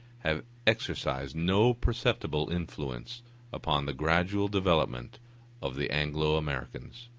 have exercised no perceptible influence upon the gradual development of the anglo-americans.